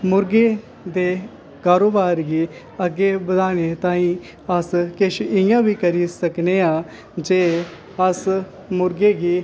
मुर्गे दे कारोबार गी अग्गें बधानै ताहीं किश इंया बी करी सकने आं जे अस मुर्गे गी